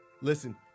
Listen